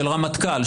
של רמטכ"ל,